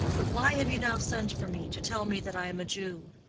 but why have you now sent for me to tell me that i am a jew?